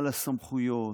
על הסמכויות,